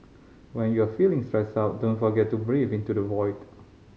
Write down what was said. when you are feeling stressed out don't forget to breathe into the void